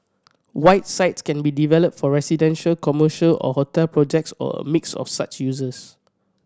white sites can be developed for residential commercial or hotel projects or a mix of such uses